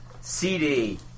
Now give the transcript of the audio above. CD